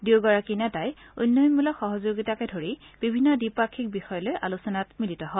দুয়োগৰাকী নেতাই উন্নয়নমূলক সহযোগিতাকে ধৰি বিভিন্ন দ্বিপাক্ষিক বিষয় লৈ আলোচনাত মিলিত হয়